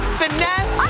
finesse